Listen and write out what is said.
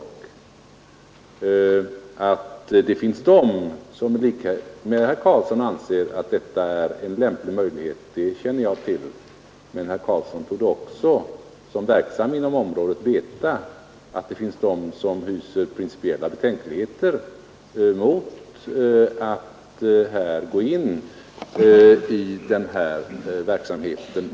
Jag känner till att det finns de som i likhet med herr Karlsson anser att detta är en lämplig lösning, men herr Karlsson torde också — som verksam inom området — veta att det finns de som hyser principiella betänkligheter mot att gå in i den här verksamheten.